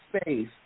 space